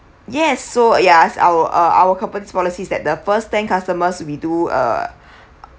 yes so ya it's our uh our company's policy is that the first ten customers we do uh